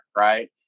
right